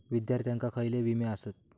विद्यार्थ्यांका खयले विमे आसत?